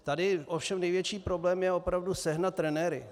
Tady ovšem největší problém je opravdu sehnat trenéry.